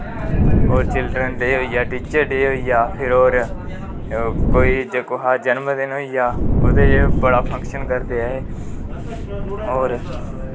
होर children day होई गेआ टीचर डे होई गेआ फिर होर कोई जे कुसा दा जनम दिन होई गेआ ओह्दे च बड़ा फंक्शन करदे ऐ एह् होर